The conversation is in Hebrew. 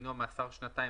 דינו מאסר שנתיים,